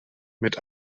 mit